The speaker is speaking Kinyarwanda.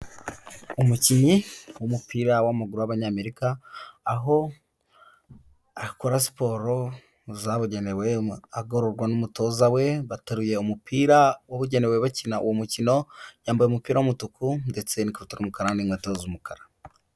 Umukinnyi w'umupira w'amaguru w'abanyamerika, aho akora siporo mu zabugenewe agororwa n'umutoza we, bataruye umupira wabugenewe bakina uwo mukino, yambaye umupira w'umutuku ndetse n'ikabutura y'umukara n'inkweto z'umukara.